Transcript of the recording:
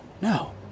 No